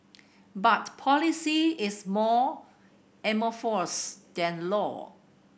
but policy is more amorphous than law